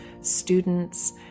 students